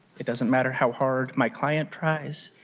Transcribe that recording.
it doesn't matter how hard my clients try. so